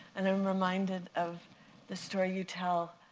and i'm reminded of the story you tell